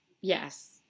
Yes